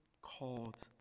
called